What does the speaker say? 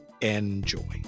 enjoy